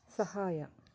ಸಹಾಯ